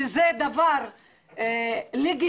שזה דבר לגיטימי,